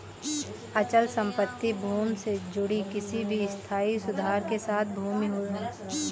अचल संपत्ति भूमि से जुड़ी किसी भी स्थायी सुधार के साथ भूमि है